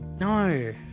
No